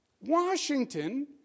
Washington